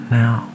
now